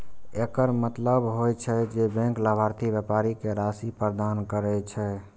एकर मतलब होइ छै, जे बैंक लाभार्थी व्यापारी कें राशि प्रदान करै छै